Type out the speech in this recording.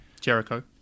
Jericho